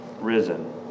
risen